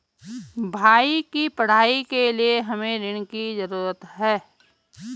भाई की पढ़ाई के लिए हमे ऋण की जरूरत है